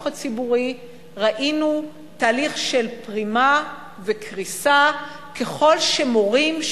הציבורי ראינו תהליך של פרימה וקריסה ככל שמורים,